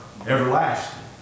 everlasting